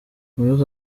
muyoboke